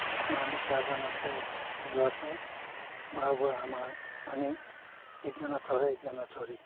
जसमा हामी चारजनाको परिवार छौँ बाबु आमा अनि एकजना छोरा एकजना छोरी